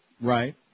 Right